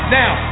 now